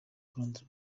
kurondera